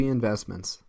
Investments